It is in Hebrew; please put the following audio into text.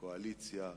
קואליציה,